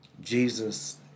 Jesus